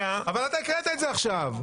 אבל אתה הקראת את זה עכשיו,